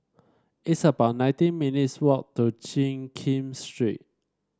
it's about nineteen minutes' walk to Jiak Kim Street